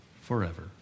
forever